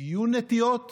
יהיו נטיעות